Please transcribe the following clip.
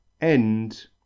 End